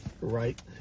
right